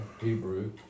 Hebrew